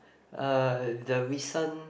uh the recent